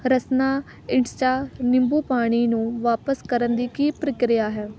ਰਸਨਾ insta ਨਿੰਬੂ ਪਾਣੀ ਨੂੰ ਵਾਪਸ ਕਰਨ ਦੀ ਕੀ ਪ੍ਰਕਿਰਿਆ ਹੈ